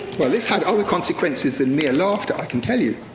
well this had other consequences than mere laughter, i can tell you.